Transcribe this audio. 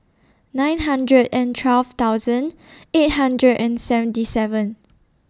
nine hundred and twelve thousand eight hundred and seventy seven